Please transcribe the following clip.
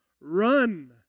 Run